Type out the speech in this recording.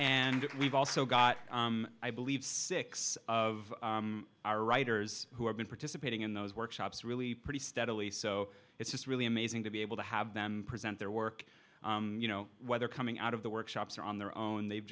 and we've also got i believe six of our writers who have been participating in those workshops really pretty steadily so it's just really amazing to be able to have them present their work you know whether coming out of the workshops or on their own they've